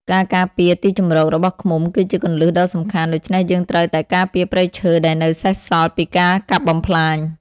ការការពារទីជម្រករបស់ឃ្មុំគឺជាគន្លឹះដ៏សំខាន់ ដូច្នេះយើងត្រូវតែការពារព្រៃឈើដែលនៅសេសសល់ពីការកាប់បំផ្លាញ។